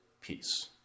peace